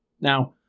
Now